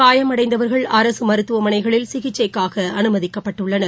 காயமடைந்தவர்கள் அரசு மருத்துவமனைகளில் சிகிச்சைக்காக அனுமதிக்கப்பட்டுள்ளனர்